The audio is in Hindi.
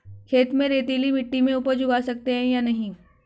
खेत में रेतीली मिटी में उपज उगा सकते हैं या नहीं?